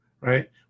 right